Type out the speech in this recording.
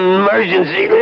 emergency